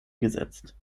gesetzt